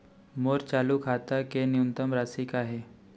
मोर चालू खाता के न्यूनतम राशि का हे?